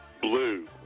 blue